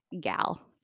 gal